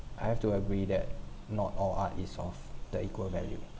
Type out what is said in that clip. I have to agree that not all art is of the equal value